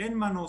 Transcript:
שאין מנוס,